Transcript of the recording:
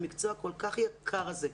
המקצוע הכול כך יקר הזה,